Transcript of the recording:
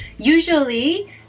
Usually